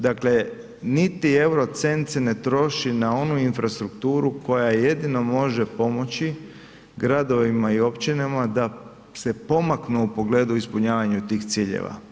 Dakle niti euro cent se ne troši na onu infrastrukturu koja jedino može pomoći gradovima i općinama da se pomaknu u pogledu ispunjavanju tih ciljeva.